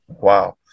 Wow